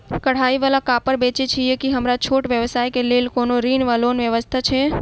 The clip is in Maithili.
कढ़ाई वला कापड़ बेचै छीयै की हमरा छोट व्यवसाय केँ लेल कोनो ऋण वा लोन व्यवस्था छै?